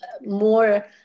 more